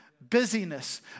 Busyness